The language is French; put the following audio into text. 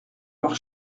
leurs